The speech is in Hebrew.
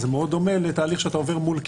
וזה מאוד דומה לתהליך שאתה עובר מול קיוסק.